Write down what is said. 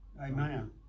Amen